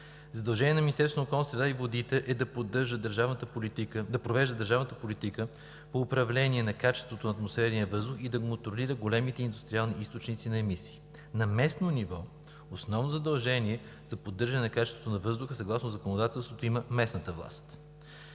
Задължение на Министерството на околната среда и водите е да провежда държавната политика по управление на качеството на атмосферния въздух и да контролира големите индустриални източници на емисии. На местно ниво основно задължение за поддържане на качеството на въздуха, съгласно законодателството, има местната власт.